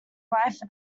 wife